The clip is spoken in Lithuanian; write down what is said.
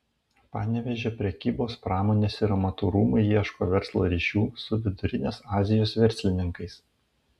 panevėžio prekybos pramonės ir amatų rūmai ieško verslo ryšių su vidurinės azijos verslininkais